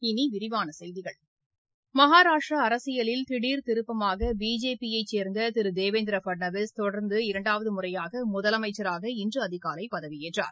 இனி விரிவான செய்கிகள் மகாராஷ்டிரா அரசியலில் திடீர் திருப்பமாக பிஜேபியை சேர்ந்த திரு தேவேந்திர பட்னாவிஸ் தொடர்ந்து இரண்டாவது முறையாக முதலமைச்சராக இன்று அதிகாலை பதவியேற்றார்